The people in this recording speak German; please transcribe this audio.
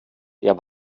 der